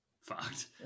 fucked